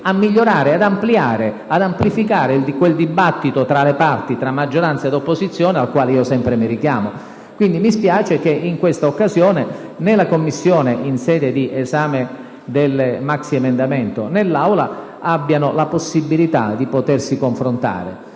a migliorare ed amplificare quel dibattito tra le parti, tra maggioranza e opposizione, al quale sempre mi richiamo. Mi spiace che in questa occasione né la Commissione, in sede di esame del maxiemendamento, né l'Assemblea abbiano la possibilità di potersi confrontare.